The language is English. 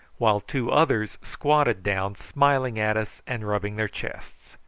while two others squatted down smiling at us and rubbing their chests.